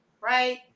right